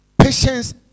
Patience